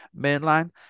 mainline